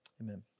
Amen